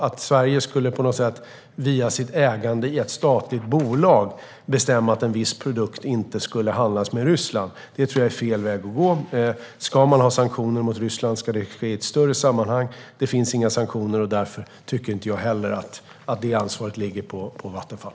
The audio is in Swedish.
Att Sverige via sitt ägande i ett statligt bolag skulle bestämma att en viss produkt inte ska handlas från Ryssland tror jag däremot är fel väg att gå. Ska man ha sanktioner mot Ryssland ska det ske i ett större sammanhang. Det finns inga sanktioner, och därför tycker jag inte heller att det ansvaret ligger på Vattenfall.